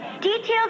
Details